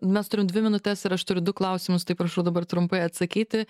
mes turim dvi minutes ir aš turiu du klausimus tai prašau dabar trumpai atsakyti